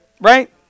Right